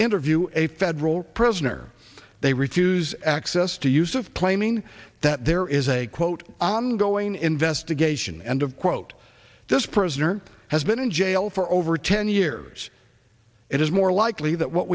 interview a federal prisoner they refuse access to use of claiming that there is a quote ongoing investigation and of quote this prisoner has been in jail for over ten years it is more likely that what